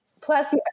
Plus